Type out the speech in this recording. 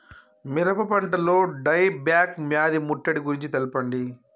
మిరప పంటలో die back వ్యాధి ముట్టడి గురించి తెల్పండి?